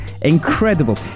incredible